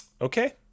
Okay